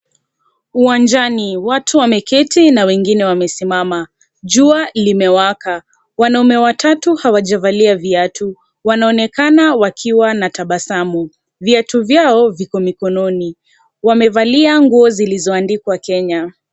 Uwanjani, watu wameketi na wengine wamesimama, jua limewaka, wanaume watatu hawajavalia viatu, wanaonekana wakiwa na tabasamu, viatu vyao viko mikononi, wamevalia nguo zilizoandikwa Kenya.